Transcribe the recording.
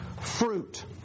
fruit